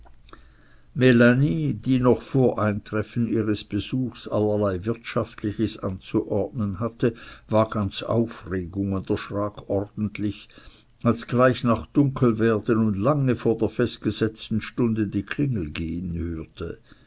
die noch vor eintreffen ihres besuchs allerlei wirtschaftliches anzuordnen hatte war ganz aufregung und erschrak ordentlich als sie gleich nach dunkelwerden und lange vor der festgesetzten stunde die klingel gehen hörte